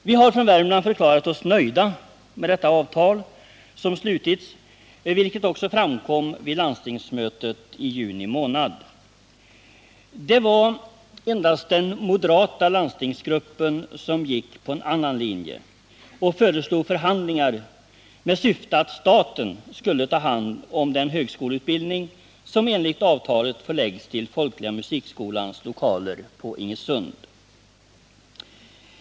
Vi har från Värmland förklarat oss vara nöjda med det avtal som slutits, vilket också framkom vid landstingsmötet i juni månad. Det var endast den moderata landstingsgruppen som gick på en annan linje. Den föreslog förhandlingar med syfte att staten skulle ta hand om den högskoleutbildning som enligt avtalet förläggs till Folkliga musikskolans lokaler på Ingesund.